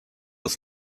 aus